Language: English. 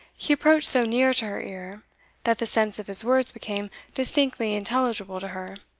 he approached so near to her ear that the sense of his words became distinctly intelligible to her,